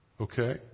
okay